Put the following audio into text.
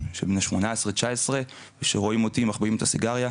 שהם בני 18-19 שרואים אותי ומחביאים את הסיגריה,